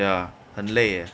ya 很累 eh